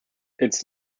its